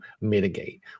mitigate